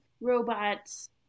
robots